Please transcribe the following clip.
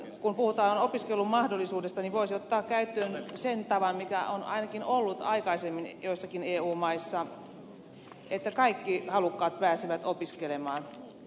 kun puhutaan opiskelumahdollisuudesta niin voisi ottaa käyttöön sen tavan mikä on ainakin ollut aikaisemmin joissakin eu maissa että kaikki halukkaat pääsevät opiskelemaan